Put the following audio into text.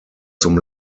zum